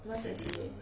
what's S_D_A